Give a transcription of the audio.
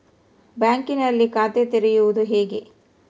ಬ್ಯಾಂಕಿನಲ್ಲಿ ಖಾತೆ ತೆರೆಯುವುದು ಹೇಗೆ?